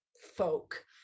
Folk